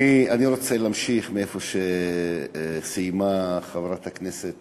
אני רוצה להמשיך מהמקום שסיימה חברת הכנסת